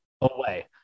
away